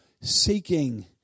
seeking